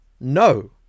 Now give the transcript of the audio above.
No